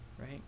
Right